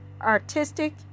artistic